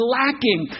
lacking